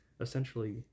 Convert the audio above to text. essentially